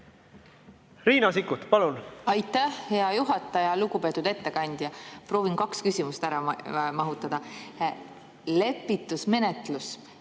Riina Sikkut, palun! Aitäh, hea juhataja! Lugupeetud ettekandja! Proovin kaks küsimust ära mahutada. Lepitusmenetlus,